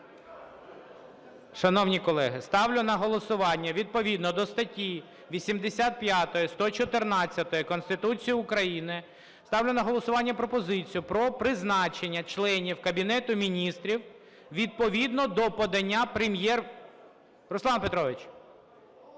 Шановні колеги, ставлю на голосування відповідно до статті 85, 114 Конституції України, ставлю на голосування пропозицію про призначення членів Кабінету Міністрів відповідно до подання Прем'єр... Руслане Петровичу!